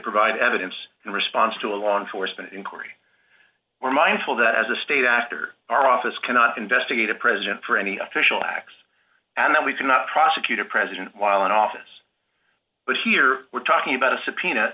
provide evidence in response to a law enforcement inquiry we're mindful that as a state after our office cannot investigate a president for any official acts and we cannot prosecute a president while in office but here we're talking about a subpoena